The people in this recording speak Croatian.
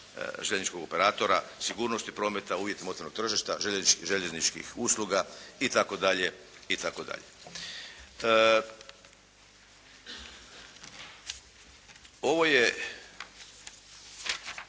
željezničkog operatora, sigurnosti prometa, uvjetima otvorenog tržišta, željezničkih usluga i